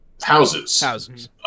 Houses